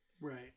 Right